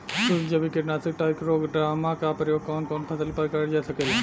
सुक्ष्म जैविक कीट नाशक ट्राइकोडर्मा क प्रयोग कवन कवन फसल पर करल जा सकेला?